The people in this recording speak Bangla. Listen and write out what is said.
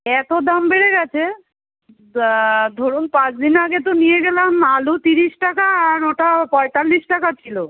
এতো দাম বেড়ে গেছে দা ধরুন পাঁচ দিন আগে তো নিয়ে গেলাম আলু তিরিশ টাকা আর ওটা পঁয়তাল্লিশ টাকা ছিলো